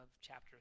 chapter